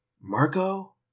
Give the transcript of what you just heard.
Marco